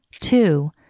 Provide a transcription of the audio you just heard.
Two